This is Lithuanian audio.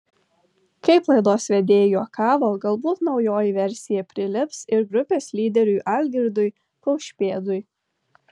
kaip laidos vedėjai juokavo galbūt naujoji versija prilips ir grupės lyderiui algirdui kaušpėdui